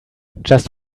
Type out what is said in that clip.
just